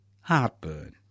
heartburn